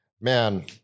man